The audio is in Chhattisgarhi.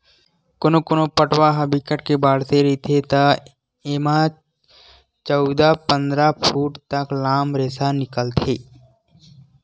कोनो कोनो पटवा ह बिकट के बाड़हे रहिथे त एमा चउदा, पंदरा फूट तक लाम रेसा निकलथे